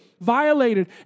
violated